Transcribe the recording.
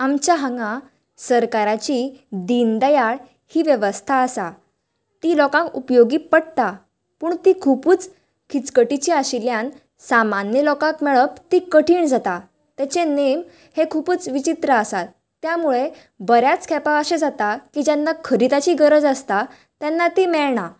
आमच्या हांगा सरकाराची दिनदयाळ ही वेवस्था आसा ती लोकांक उपयोगी पडटा पूण ती खुबूच खीचकटीची आशिल्यान सामान्य लोकांक मेळप ती कठीण जाता ताचे नेम हे खुबूच विचित्र आसा त्यामुळे बरेच खेपो अशें जाता की जेन्ना खरी ताची गरज आसता तेन्ना ती मेळणा